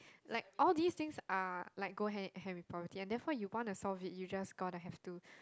like all these things are like go hand in hand with poverty and therefore you want to solve it you just gotta have to